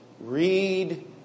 Read